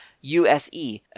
use